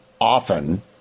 Often